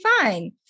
fine